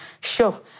Sure